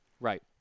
Right